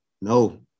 no